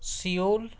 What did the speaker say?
Seoul